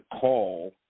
call